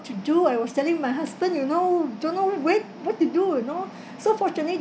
to do I was telling my husband you know don't know where what to do you know so fortunately